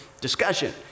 discussion